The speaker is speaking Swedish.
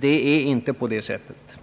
Det är inte på det sättet.